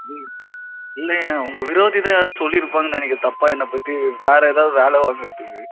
ம் இல்லைய்யா உங்கள் விரோதி தான் யாரோ சொல்லியிருப்பாங்கன்னு நினைக்கிறேன் தப்பா என்னை பற்றி வேறு எதாவது வேலை வாங்குகிறதுக்கு